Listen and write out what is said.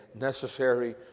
necessary